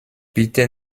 bitte